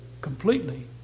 completely